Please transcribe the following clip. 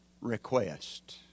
request